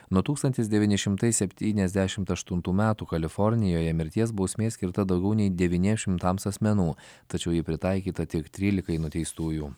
nuo tūkstantis devyni šimtai septyniasdešimt aštuntų metų kalifornijoje mirties bausmė skirta daugiau nei devyniems šimtams asmenų tačiau ji pritaikyta tik trylikai nuteistųjų